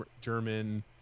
German